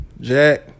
Jack